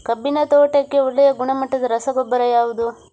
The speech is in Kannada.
ಕಬ್ಬಿನ ತೋಟಕ್ಕೆ ಒಳ್ಳೆಯ ಗುಣಮಟ್ಟದ ರಸಗೊಬ್ಬರ ಯಾವುದು?